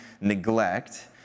neglect